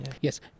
Yes